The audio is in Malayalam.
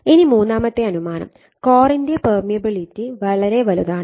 ഇനി മൂന്നാമത്തെ അനുമാനം കോറിന്റെ പെര്മിയബിലിറ്റി വളരെ വലുതാണ്